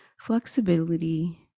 flexibility